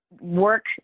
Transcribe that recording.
work